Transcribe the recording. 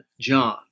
John